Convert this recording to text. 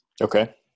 Okay